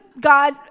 God